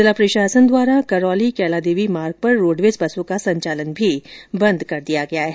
जिला प्रशासन द्वारा करौली कैलादेवी मार्ग पर रोडवेज बसों का संचालन भी बंद कर दिया गया है